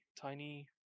tiny